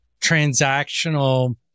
transactional